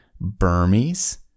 Burmese